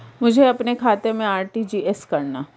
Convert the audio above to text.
मुझे अपने खाते से आर.टी.जी.एस करना?